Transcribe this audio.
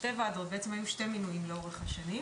שתי ועדות, בעצם היו שני מינויים לאורך השנים.